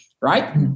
Right